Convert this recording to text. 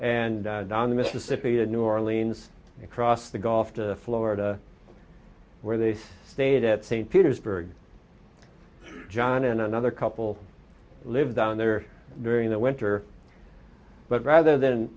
the mississippi to new orleans across the gulf to florida where they stayed at st petersburg john and another couple lived down there during the winter but rather than